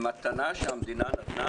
היא מתנה שהמדינה נתנה.